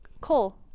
Cole